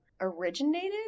originated